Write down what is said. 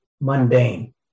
mundane